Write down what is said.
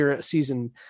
season